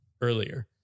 earlier